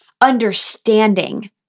understanding